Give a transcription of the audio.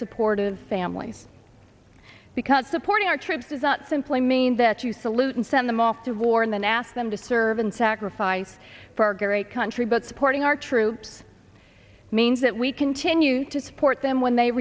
supportive families because supporting our troops is not simply mean that you salute and send them off to war and then ask them to serve and sacrifice for our great country but supporting our troops means that we continue to support them when they